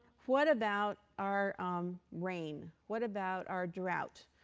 what about our rain? what about our drought?